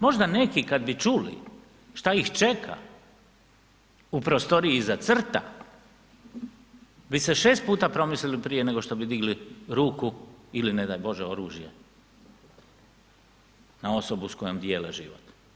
Možda neki kada bi čuli šta ih čeka u prostoriji iza crta bi se šest puta promislili prije nego što bi digli ruku ili ne daj Bože oružje na osobu s kojom dijele život.